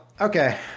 okay